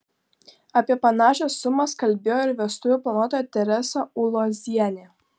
apie panašias sumas kalbėjo ir vestuvių planuotoja teresa ulozienė